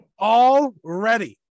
Already